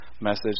message